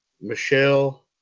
Michelle